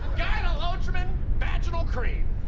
gyne-lotrimin vaginal cream.